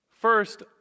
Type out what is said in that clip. First